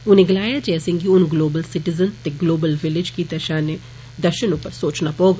उनें गलाया जे असैंगी हुन ग्लोबल सिटिजन ते ग्लोबल विलेज दे दर्षन उप्पर सोचना पौग